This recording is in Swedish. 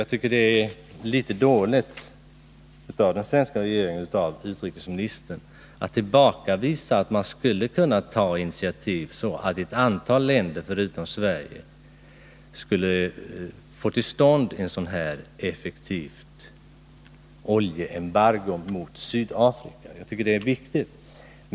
Jag tycker att det är dåligt av den svenska regeringen och av utrikesministern att tillbakavisa kravet att man skulle ta initiativ så att ett antal länder förutom Sverige kan få till stånd ett sådant här effektivt oljeembargo mot Sydafrika. Det är viktigt.